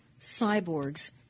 cyborgs